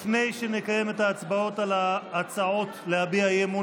לפני שנקיים את ההצבעות על ההצעות להביע אי-אמון